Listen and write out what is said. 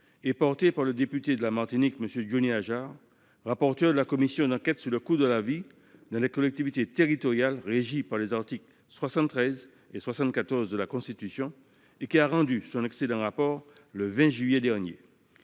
et défendue par le député de la Martinique M. Johnny Hajjar, rapporteur de la commission d’enquête sur le coût de la vie dans les collectivités territoriales régies par les articles 73 et 74 de la Constitution, qui a rendu son excellent rapport le 20 juillet dernier.